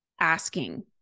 asking